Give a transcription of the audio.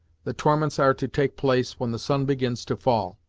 the torments are to take place when the sun begins to fall,